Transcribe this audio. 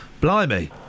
Blimey